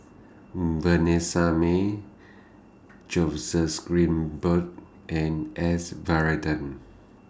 Vanessa Mae Jose's Grimberg and S Varathan